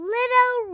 Little